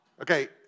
okay